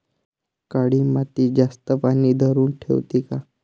काळी माती जास्त पानी धरुन ठेवते का?